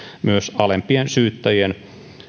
myös alempien syyttäjien